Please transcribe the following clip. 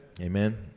Amen